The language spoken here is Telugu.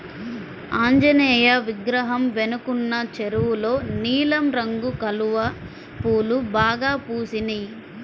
ఆంజనేయ విగ్రహం వెనకున్న చెరువులో నీలం రంగు కలువ పూలు బాగా పూసినియ్